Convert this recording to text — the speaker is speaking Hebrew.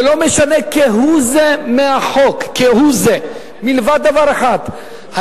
זה לא משנה כהוא-זה מהחוק, כהוא-זה, מלבד דבר אחד: